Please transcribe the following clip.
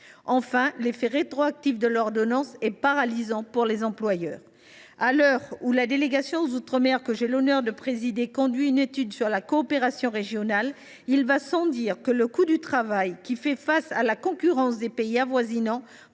Enfin, l’effet rétroactif de l’ordonnance est paralysant pour les employeurs. À l’heure où la délégation sénatoriale aux outre mer, que j’ai l’honneur de présider, conduit une étude sur la coopération régionale, il va sans dire que le coût du travail, face à la concurrence des pays avoisinants,